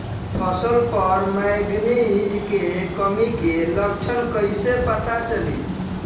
फसल पर मैगनीज के कमी के लक्षण कईसे पता चली?